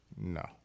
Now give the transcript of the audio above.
No